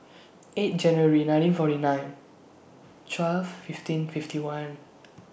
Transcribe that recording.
eight January nineteen forty nine twelve fifteen fifty one